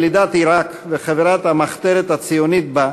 ילידת עיראק וחברת המחתרת הציונית בה,